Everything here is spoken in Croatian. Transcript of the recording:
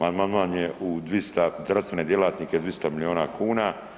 Amandman je u 200, zdravstvene djelatnike, 200 milijona kuna.